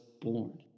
born